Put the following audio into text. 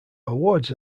awards